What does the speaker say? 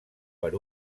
per